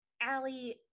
Allie